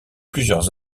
plusieurs